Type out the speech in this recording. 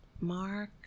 Mark